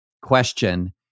question